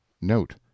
Note